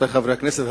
חברי חברי הכנסת,